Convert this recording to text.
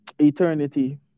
eternity